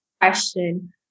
question